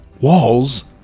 walls